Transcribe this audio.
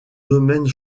domaine